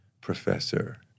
professor